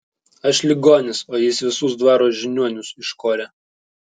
aš ligonis o jis visus dvaro žiniuonius iškorė